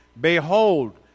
Behold